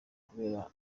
kubera